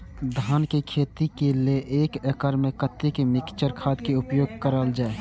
धान के खेती लय एक एकड़ में कते मिक्चर खाद के उपयोग करल जाय?